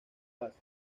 paz